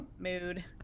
mood